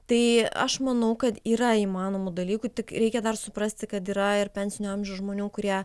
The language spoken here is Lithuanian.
tai aš manau kad yra įmanomų dalykų tik reikia dar suprasti kad yra ir pensinio amžiaus žmonių kurie